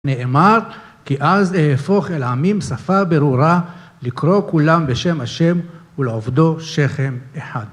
נאמר, כי אז אהפוך אל העמים שפה ברורה לקרוא כולם בשם השם ולעובדו שכם אחד.